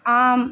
ஆம்